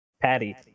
Patty